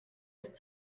ist